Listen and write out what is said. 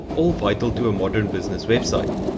all vital to a modern business website.